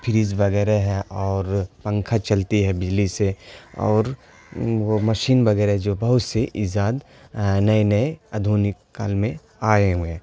freeze وغیرہ ہے اور پنکھا چلتی ہے بجلی سے اور وہ مشین وغیرہ جو بہت سے ایجاد نئے نئے آدھونک کال میں آئے ہوئے ہیں